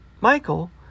Michael